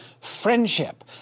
friendship